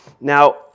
Now